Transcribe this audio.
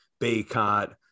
Baycott